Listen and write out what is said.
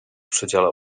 przedziale